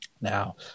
Now